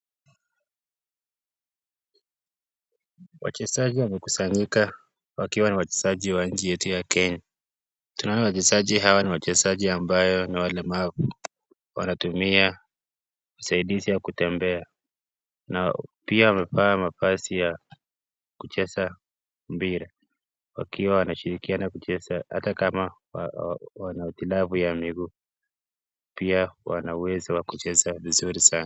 Wachezaji wamekusanyika wakiwa ni wachezaji wa nchi yetu ya Kenya. Tunaona wachezaji hawa ni wachezaji ambayo ni walemavu. Wanatumia kisaidizi ya kutembea na pia wamevaa mavazi ya kucheza mpira, wakiwa wanashirikiana kucheza hata kama wana hitilafu ya miguu. Pia wana uwezo wa kucheza vizuri sana.